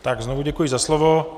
Tak znovu děkuji za slovo.